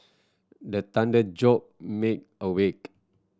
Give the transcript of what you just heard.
the thunder jolt me awake